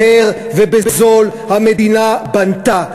מהר ובזול: המדינה בנתה,